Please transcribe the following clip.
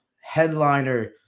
headliner